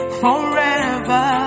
forever